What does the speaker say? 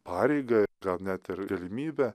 pareigą gal net ir galimybę